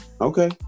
Okay